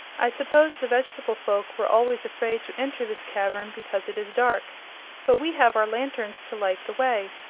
i suppose the vegetable folk were always afraid to enter this cavern because it is dark but we have our lanterns to light the way,